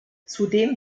zudem